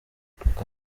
ati